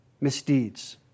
misdeeds